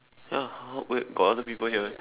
ya !huh! wait got other people here meh